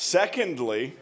secondly